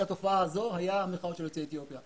התופעה הזו הייתה המחאה של יוצאי אתיופיה.